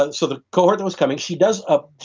ah so the cohort was coming. she does a,